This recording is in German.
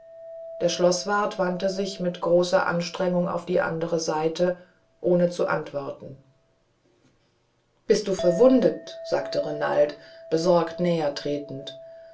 der schloßwatt wandte sich mit großer anstrengung auf die andere seite ohne zu antworten bist du verwundet sagte renald besorgt